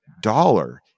dollar